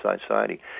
society